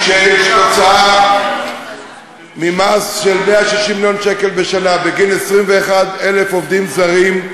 שהם תוצאה ממס של 160 מיליון שקל בשנה בגין 21,000 עובדים זרים.